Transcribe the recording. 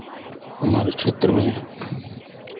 हमारे क्षेत्र में